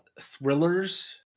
thrillers